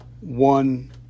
one